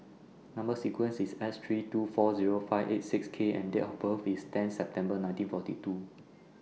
Number sequence IS S three two four Zero five eight six K and Date of birth IS ten September nineteen forty two